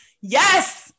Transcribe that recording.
yes